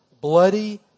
bloody